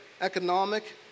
economic